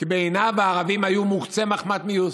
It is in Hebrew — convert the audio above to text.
כי בעיניו הערבים היו מוקצה מחמת מיאוס.